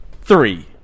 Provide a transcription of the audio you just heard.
three